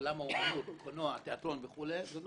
בעולם האמנות, הקולנוע, התיאטרון וכו', לא